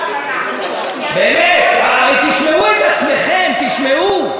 באמת, הרי, תשמעו את עצמכם, תשמעו.